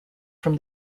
from